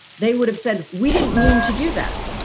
they would have said we didn't mean to do that.